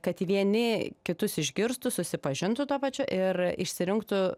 kad vieni kitus išgirstų susipažintų tuo pačiu ir išsirinktų